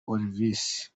olivis